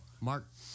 Mark